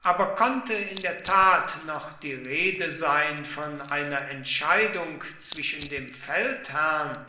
aber konnte in der tat noch die rede sein von einer entscheidung zwischen dem feldherrn